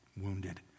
wounded